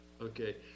okay